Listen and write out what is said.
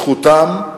זכותם,